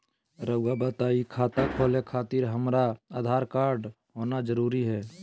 रउआ बताई खाता खोले खातिर हमरा आधार कार्ड होना जरूरी है?